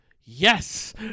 yes